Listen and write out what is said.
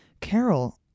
Carol